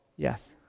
yes